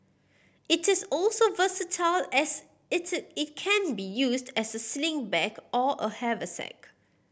it is also versatile as it it can be used as a sling bag or a haversack